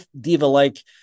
diva-like